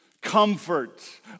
Comfort